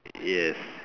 yes